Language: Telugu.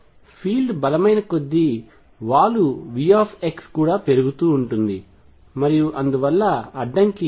ఫీల్డ్ బలమైన కొద్దీ వాలు Vకూడా పెరుగుతూ ఉంటుంది మరియు అందువల్ల అడ్డంకి సన్నగా ఉంటుంది